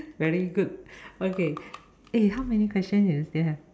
very good okay eh how many question do you still have